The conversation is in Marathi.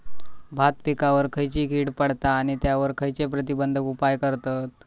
भात पिकांवर खैयची कीड पडता आणि त्यावर खैयचे प्रतिबंधक उपाय करतत?